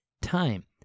time